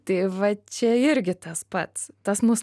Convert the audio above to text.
tai va čia irgi tas pats tas mus